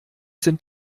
sind